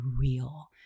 real